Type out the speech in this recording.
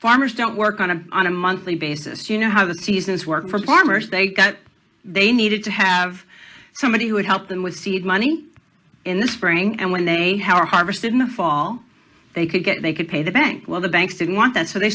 farmers don't work on a on a monthly basis you know how the seasons work for plumbers they got they needed to have somebody who would help them with seed money in the spring and when they are harvested in the fall they could get they could pay the bank well the banks didn't want that so they